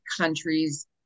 countries